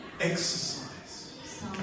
exercise